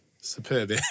Superb